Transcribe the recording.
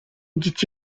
dit